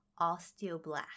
osteoblast